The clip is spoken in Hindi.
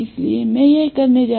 इसलिए मैं यह करने जा रहा हूं